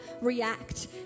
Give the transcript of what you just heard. react